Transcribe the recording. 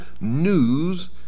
news